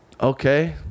Okay